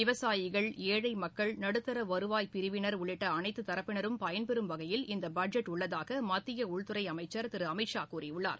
விவசாயிகள் ஏழை மக்கள் நடுத்தர வருவாய் பிரிவினர் உள்ளிட்ட அனைத்து தரப்பினரும் பயன் பெறும் வகையில் இந்த பட்ஜெட் உள்ளதாக மத்திய உள்துறை அமைச்சர் திரு அமித்ஷா கூறியுள்ளார்